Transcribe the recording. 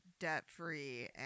debt-free